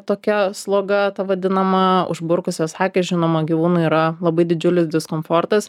tokia sloga ta vadinama užburkusios akys žinoma gyvūnui yra labai didžiulis diskomfortas